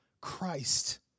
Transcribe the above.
Christ